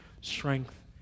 strength